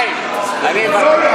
אבל